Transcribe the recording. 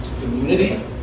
community